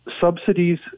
subsidies